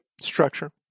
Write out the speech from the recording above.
structure